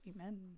Amen